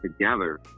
together